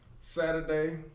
Saturday